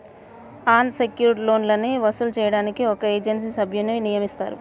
అన్ secured లోన్లని వసూలు చేయడానికి ఒక ఏజెన్సీ సభ్యున్ని నియమిస్తారు